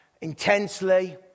intensely